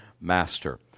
master